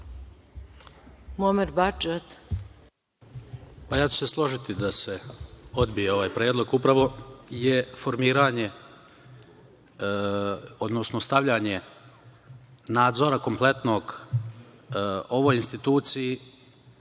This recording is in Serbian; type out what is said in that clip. Ja ću se složiti da se odbije ovaj predlog. Upravo je formiranje odnosno stavljanje nadzora kompletnog ovoj instituciji